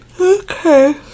okay